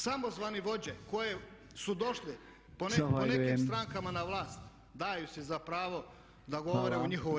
Samozvani vođe koji su došli po nekim strankama na vlast daju si za pravo da govore u njihovo ime.